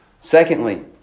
Secondly